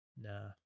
nah